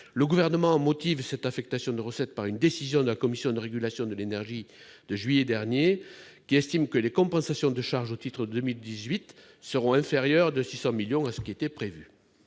Le Gouvernement justifie cette affectation de recettes par une décision de la Commission de régulation de l'énergie de juillet dernier, qui estime que les compensations de charges au titre de 2018 seront inférieures de 600 millions d'euros à ce qui était prévu.